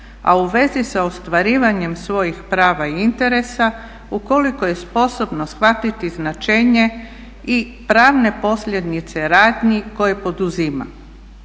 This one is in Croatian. a u vezi sa ostvarivanjem svojih prava i interesa ukoliko je sposobno shvatiti značenje i pravne posljedice radnji koje poduzima.